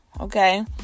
okay